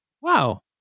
Wow